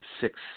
six